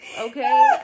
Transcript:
okay